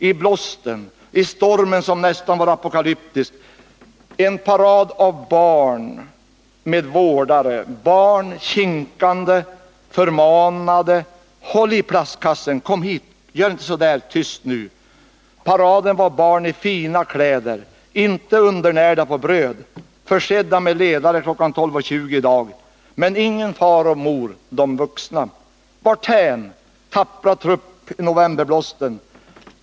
I blåsten, i stormen som nästan var apokalyptisk. En parad av barn med vårdare. Barn — kinkande, förmanade: Håll i plastkassen! Kom hit! Gör inte så där! Tyst nu! Paraden var barn i fina kläder, inte undernärda på bröd, försedda med ledare kl. 12.20 i dag. Men ingen far eller mor. ”Dom vuxna!” Varthän, tappra trupp i novemberblåsten?